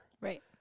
Right